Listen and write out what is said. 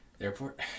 Airport